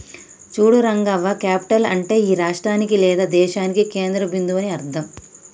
చూడు రంగవ్వ క్యాపిటల్ అంటే ఆ రాష్ట్రానికి లేదా దేశానికి కేంద్ర బిందువు అని అర్థం